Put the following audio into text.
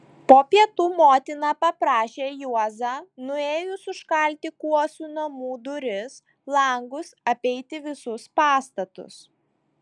po pietų motina paprašė juozą nuėjus užkalti kuosų namų duris langus apeiti visus pastatus